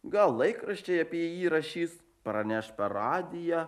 gal laikraščiai apie jį rašys praneš per radiją